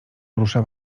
rusza